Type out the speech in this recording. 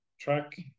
track